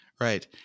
right